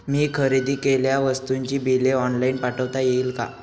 मी खरेदी केलेल्या वस्तूंची बिले ऑनलाइन पाठवता येतील का?